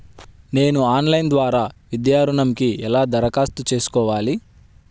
నేను ఆన్లైన్ ద్వారా విద్యా ఋణంకి ఎలా దరఖాస్తు చేసుకోవాలి?